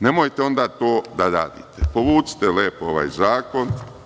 Nemojte to da radite, povucite lepo ovaj zakon.